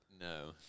no